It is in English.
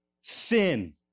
sin